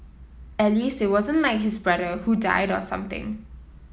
at least it wasn't like his brother who died or something